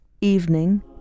evening